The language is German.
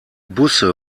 busse